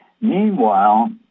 Meanwhile